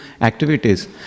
activities